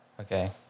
okay